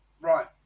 right